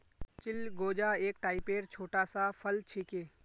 चिलगोजा एक टाइपेर छोटा सा फल छिके